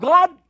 God